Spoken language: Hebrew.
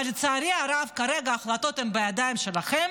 אבל לצערי הרב, כרגע ההחלטות הן בידיים שלכם,